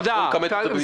פשוט להציג את המספרים.